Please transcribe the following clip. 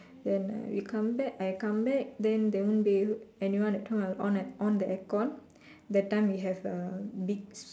then I'll be coming back I come back then there won't be anyone at home I on on the aircon that time we have uh big